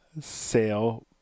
sale